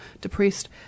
depressed